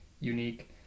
unique